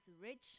Rich